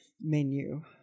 menu